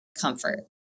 comfort